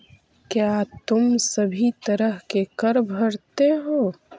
क्या तुम सभी तरह के कर भरते हो?